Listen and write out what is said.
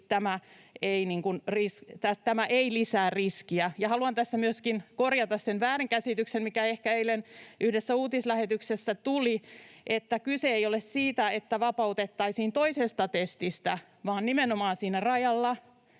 tämä ei lisää riskiä. Haluan tässä myöskin korjata sen väärinkäsityksen, mikä ehkä eilen yhdessä uutislähetyksessä tuli, että kyse ei ole siitä, että vapautettaisiin toisesta testistä, vaan nimenomaan siinä rajalla